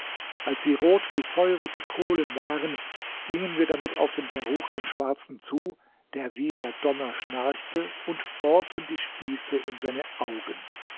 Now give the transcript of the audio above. als sie rot wie feurige kohlen waren gingen wir damit auf den verruchten schwarzen zu der wie der donner schnarchte und bohrten die spieße in seine augen